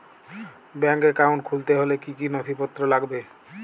Bank account খুলতে হলে কি কি নথিপত্র লাগবে?